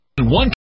One